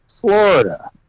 Florida